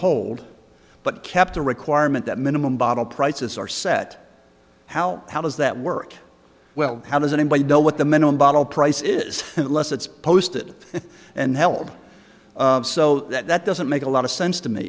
hold but kept the requirement that minimum bottle prices are set how how does that work well how does anybody know what the minimum bottle price is unless it's posted and held so that doesn't make a lot of sense to me